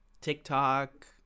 TikTok